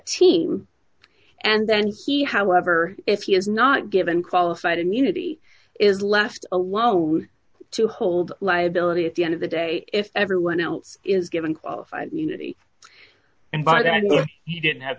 team and then he however if he is not given qualified immunity is left alone to hold liability at the end of the day if everyone else is given qualified immunity and by then he didn't have